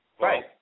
Right